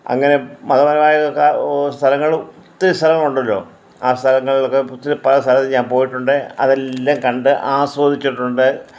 അങ്ങനെ മതപരമായ സ്ഥലങ്ങളും ഒത്തിരി സ്ഥലങ്ങളുണ്ടല്ലോ ആ സ്ഥലങ്ങളിലൊക്കെ പല സ്ഥലങ്ങളിലും ഞാൻ പോയിട്ടുണ്ട് അതെല്ലാം കണ്ട് ആസ്വദിച്ചിട്ടുണ്ട്